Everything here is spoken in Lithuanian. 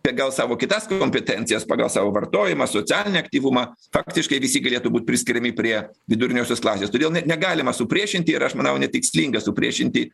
pagal savo kitas kompetencijas pagal savo vartojimą socialinį aktyvumą faktiškai visi galėtų būt priskiriami prie viduriniosios klasės todėl negalima supriešinti ir aš manau netikslinga supriešinti